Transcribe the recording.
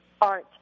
art